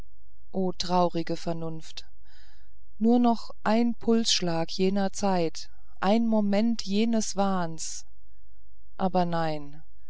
o traurige vernunft nur noch ein pulsschlag jener zeit ein moment jenes wahnes aber nein